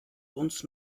uns